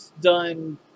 done